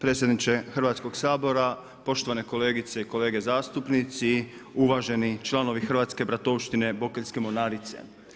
Predsjedniče Hrvatskog sabora, poštovane kolegice i kolege zastupnici, uvaženi članovi Hrvatske bratovštine Bokeljske mornarice.